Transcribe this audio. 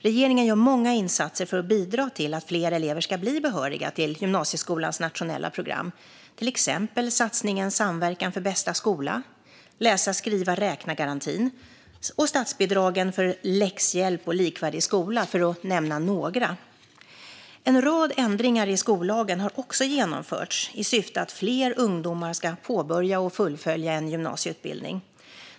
Regeringen gör många insatser för att bidra till att fler elever ska bli behöriga till gymnasieskolans nationella program, till exempel satsningen Samverkan för bästa skola, läsa-skriva-räkna-garantin och statsbidragen för läxhjälp och likvärdig skola, för att nämna några. En rad ändringar i skollagen har också genomförts i syfte att fler ungdomar ska påbörja och fullfölja en gymnasieutbildning.